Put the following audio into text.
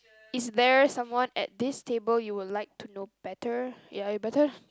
is there someone at this table you would like to know better ya you better